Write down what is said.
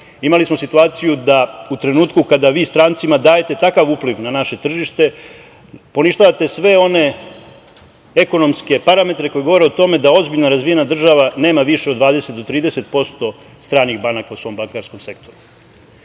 Imali smo situaciju da u trenutku kada vi strancima dajete takav upliv na naše tržište, poništavate sve one ekonomske parametre koji govore o tome da ozbiljno razvijena država nema više od 20-30% stranih banaka u svom bankarskom sektoru.Sećam